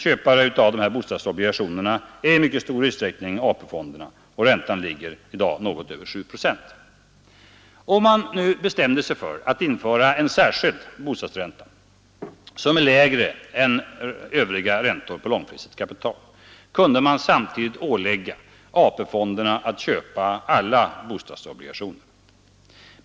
Köpare av bostadsobligationer är i mycket stor utsträckning AP-fonderna. Räntan är i dag något över 7 procent. Om man bestämde sig för att införa en särskild bostadsränta, som är lägre än övriga räntor på långfristigt kapital, kunde man samtidigt ålägga AP-fonderna att köpa alla bostadsobligationer.